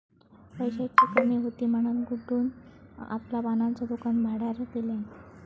पैशाची कमी हुती म्हणान गुड्डून आपला पानांचा दुकान भाड्यार दिल्यान